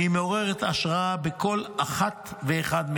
והיא מעוררת השראה בכל אחת ואחד מאיתנו.